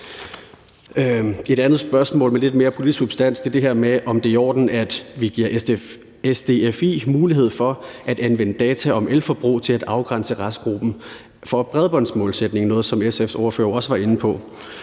Et andet spørgsmål med lidt mere politisk substans er det her med, om det er i orden, at vi giver SDFI mulighed for at anvende data om elforbrug til at afgrænse restgruppen for bredbåndsmålsætningen – noget, som SF's ordfører jo også var inde på